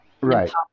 Right